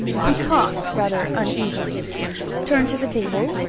he coughed rather uneasily turned to the table,